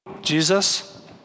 Jesus